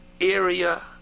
area